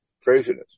Craziness